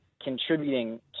contributing